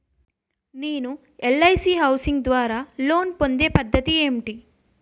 నేను LIC housing ద్వారా loan పొందే పద్ధతి ఏంటి?